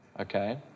okay